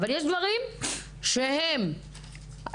אבל יש דברים שהם תיעדוף,